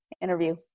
interview